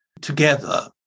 together